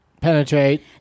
Penetrate